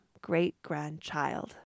great-grandchild